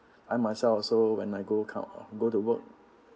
I myself also when I go kind of go to work